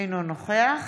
אינו נוכח